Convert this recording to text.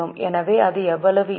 எனவே அது எவ்வளவு இருக்கும்